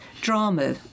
drama